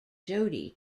jody